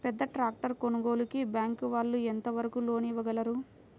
పెద్ద ట్రాక్టర్ కొనుగోలుకి బ్యాంకు వాళ్ళు ఎంత వరకు లోన్ ఇవ్వగలరు?